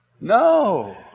No